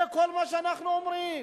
זה כל מה שאנחנו אומרים.